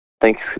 Thanks